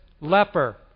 leper